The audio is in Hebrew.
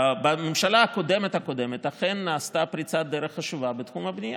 בממשלה הקודמת הקודמת אכן נעשתה פריצת דרך חשובה בתחום הבנייה,